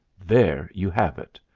there you have it!